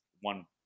one